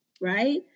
right